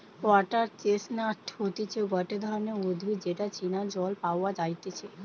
water chestnut হতিছে গটে ধরণের উদ্ভিদ যেটা চীনা জল পাওয়া যাইতেছে